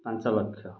ପାଞ୍ଚ ଲକ୍ଷ